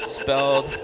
spelled